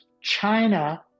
China